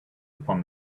upon